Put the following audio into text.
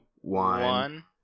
one